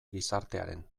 gizartearen